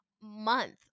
month